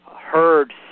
heard